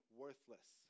worthless